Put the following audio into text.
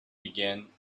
began